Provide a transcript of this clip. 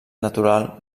natural